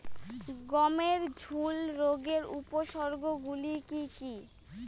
গমের ঝুল রোগের উপসর্গগুলি কী কী?